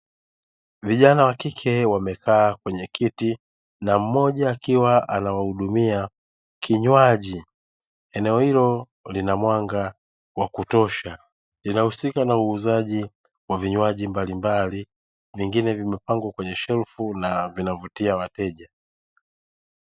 Vijana wa kike wamekaa kwenye kiti na mmoja akiwa anawahudumia kinywaji, eneo hilo lina mwanga wa kutosha, linahusika na uuzaji wa vinywaji mbalimbali, vingine vimepangwa kwenye shelfu na vinavutia wateja